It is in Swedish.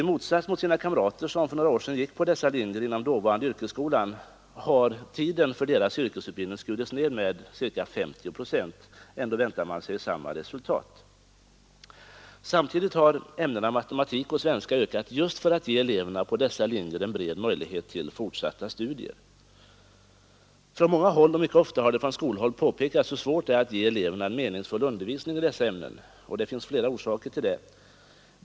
I motsats till sina kamrater, som för några år sedan gick på dessa linjer inom dåvarande yrkesskolan, har tiden för deras yrkesutbildning skurits ned med ca 50 procent. Ändå väntar man sig samma resultat. Samtidigt har ämnena matematik och svenska ökat just för att ge eleverna på dessa linjer en bred möjlighet till fortsatta studier. Från många håll och mycket ofta från skolhåll har det påpekats hur svårt det är att ge eleverna en meningsfull undervisning i dessa ämnen. Orsakerna är flera.